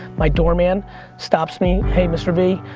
my doorman stops me. hey, mr. v?